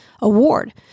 award